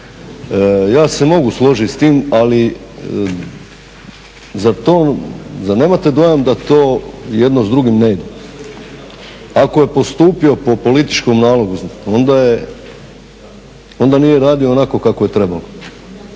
Ja se mogu složiti s tim, ali zar nemate dojam da to jedno s drugim ne ide? Ako je postupio po političkom nalogu onda nije radio onako kako je trebalo,